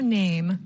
name